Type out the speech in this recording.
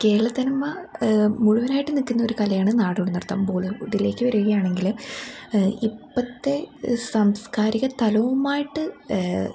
കേരളത്തനിമ മുഴുവനായിട്ട് നിൽക്കുന്ന ഒരു കലയാണ് നാടോടി നൃത്തം ബോളിവുഡിലേക്ക് വരികയാണെങ്കിൽ ഇപ്പോഴത്തെ സാംസ്കാരിക തലവുമായിട്ട്